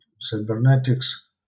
cybernetics